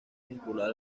vinculada